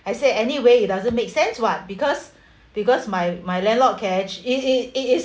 I say anyway it doesn't make sense what because because my my landlord can act~ it it it is